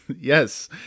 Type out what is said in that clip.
Yes